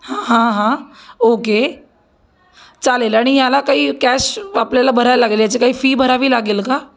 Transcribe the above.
हां हां हां ओके चालेल आणि याला काही कॅश आपल्याला भराय लागेल याची काही फी भरावी लागेल का